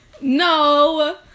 no